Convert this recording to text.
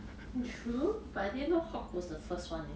true but I didn't know hulk was the first one eh